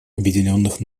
объединенных